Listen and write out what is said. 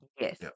yes